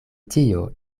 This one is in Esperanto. tio